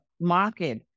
market